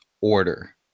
order